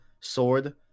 sword